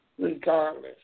Regardless